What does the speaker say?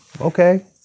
Okay